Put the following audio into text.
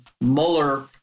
Mueller